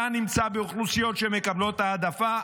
אתה נמצא באוכלוסיות שמקבלות העדפה,